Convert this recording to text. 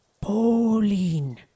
Pauline